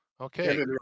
Okay